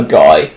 guy